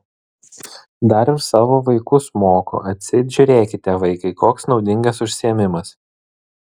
dar ir savo vaikus moko atseit žiūrėkite vaikai koks naudingas užsiėmimas